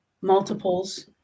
multiples